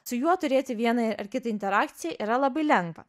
su juo turėti vieną ar kitą interakcijai yra labai lengva